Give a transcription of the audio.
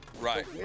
Right